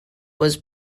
was